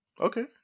Okay